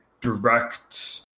direct